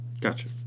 Gotcha